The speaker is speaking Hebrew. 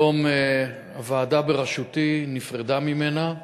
היום הוועדה בראשותי נפרדה ממנה,